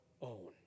own